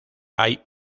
hay